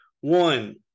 One